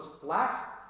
flat